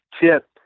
tip